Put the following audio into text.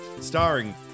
Starring